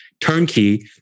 turnkey